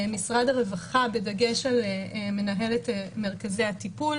משרד הרווחה בדגש על מנהלת מרכזי הטיפול